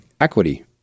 equity